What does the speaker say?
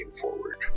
forward